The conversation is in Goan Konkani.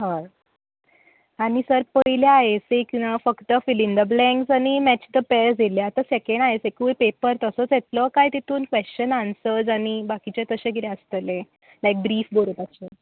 हय आनी सर पयल्या आय एसयेक नू फक्त फिलींग द ब्लँक्स आनी मॅच द फॉलोवींग ते पॅर्स येयले आनी ते सॅकँड आय एसेकूय पेपर तसोच येतलो काय तितून क्वेशन आन्सर्ज आनी बाकिचें तशें कितें आसतलें लायक ब्रिफ बरोवपाचें